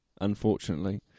unfortunately